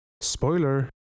Spoiler